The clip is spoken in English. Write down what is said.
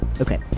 Okay